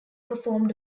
performed